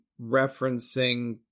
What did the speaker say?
referencing